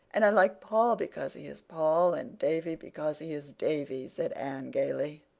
and i like paul because he is paul and davy because he is davy, said anne gaily.